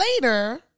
later